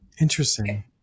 Interesting